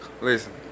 Listen